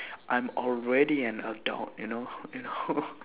I'm already an adult you know you know